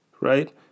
right